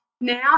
now